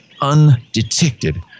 undetected